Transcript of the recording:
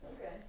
Okay